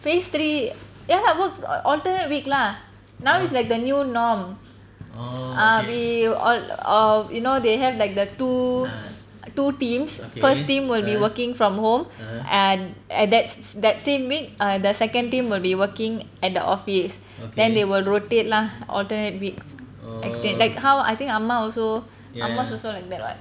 phase three ya lah work alternate week lah now is like the new norm ah we all of you know they have like the two two teams first team will be working from home and and that's that same week err the second team will be working at the office then they will rotate lah alternate weeks as in like how I think ah ma also ah ma's also like that [what]